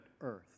earth